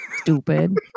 Stupid